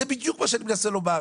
זה בדיוק מה שאני מנסה לומר.